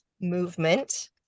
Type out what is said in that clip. movement